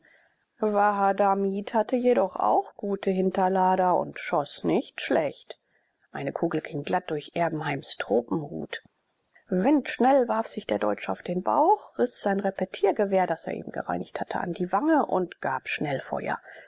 wahadamib hatte jedoch auch gute hinterlader und schoß nicht schlecht eine kugel ging glatt durch erbenheims tropenhelm windschnell warf sich der deutsche auf den bauch riß sein repetiergewehr das er eben gereinigt hatte an die wange und gab